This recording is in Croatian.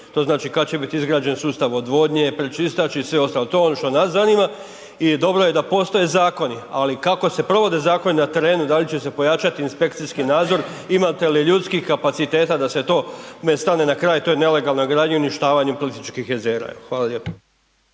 To znači kad će biti izgrađen sustav odvodnje, pročistač i sve ostalo. To je ono što nas zanima i dobro je da postoje zakonu, ali kako se provode zakoni na terenu, da li će se pojačati inspekcijski nadzor, imate li ljudskih kapaciteta da se tome stane na kraj, to je nelegalna gradnja i uništavanje Plitvičkih jezera. Hvala lijepa.